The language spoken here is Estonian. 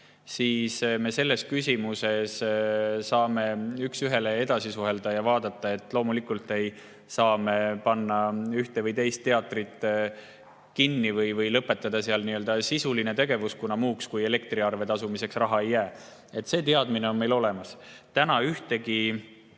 siis saame selles küsimuses üks ühele edasi suhelda. Loomulikult ei saa me panna ühte või teist teatrit kinni või lõpetada nende sisulist tegevust, kuna muuks kui elektriarve tasumiseks raha ei jää. See teadmine on meil olemas. Ükski